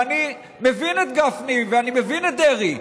ואני מבין את גפני ואני מבין את דרעי,